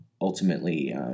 ultimately –